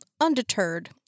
undeterred